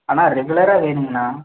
அண்ணா ரெகுலராக வேணுங்கண்ணா